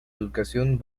educación